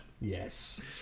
Yes